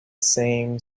same